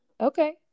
Okay